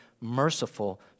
merciful